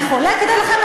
אני חולקת עליכם,